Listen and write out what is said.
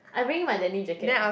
I bring my denim jacket